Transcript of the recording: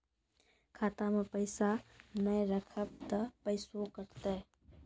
खाता मे पैसा ने रखब ते पैसों कटते?